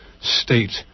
state